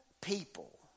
people